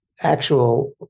actual